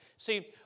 See